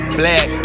black